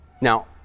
Now